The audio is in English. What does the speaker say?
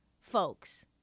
Folks